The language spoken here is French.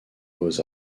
beaux